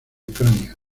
ucrania